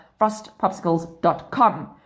frostpopsicles.com